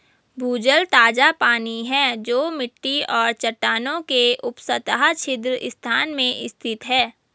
भूजल ताजा पानी है जो मिट्टी और चट्टानों के उपसतह छिद्र स्थान में स्थित है